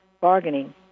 bargaining